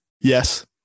Yes